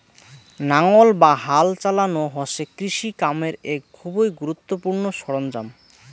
নাঙ্গল বা হাল চালানো হসে কৃষি কামের এক খুবই গুরুত্বপূর্ণ সরঞ্জাম